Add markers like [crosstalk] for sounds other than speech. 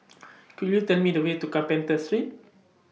[noise] Could YOU Tell Me The Way to Carpenter Street [noise]